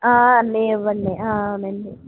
అన్ని ఇవ్వండి అవునండి